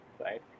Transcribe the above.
right